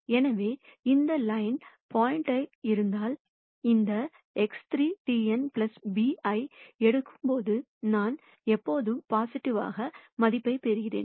எனவே இந்த லைனின் பாயிண்ட் எங்கிருந்தாலும் இந்த X3 Tn b ஐ எடுக்கும்போது நான் எப்போதும் ஒரு பொசிடிவிவாக மதிப்பைப் பெறப்போகிறேன்